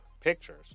Pictures